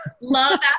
Love